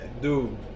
Dude